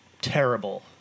Terrible